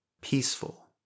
peaceful